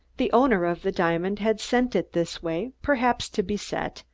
the owner of the diamond had sent it this way, perhaps to be set,